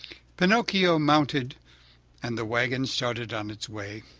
pinocchio mounted and the wagon started on its way.